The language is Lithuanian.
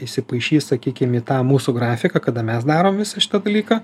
įsipaišys sakykim į tą mūsų grafiką kada mes darom visą šitą dalyką